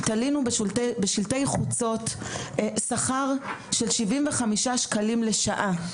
תלינו שלטי חוצות ופרסמנו בהם מודעת דורשות עם שכר של 75 שקלים לשעה,